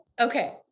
Okay